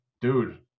dude